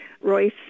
Royce